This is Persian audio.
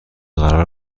قرار